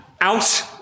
out